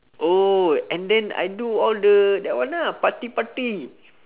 oh and then I do all the that one lah party party